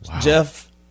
Jeff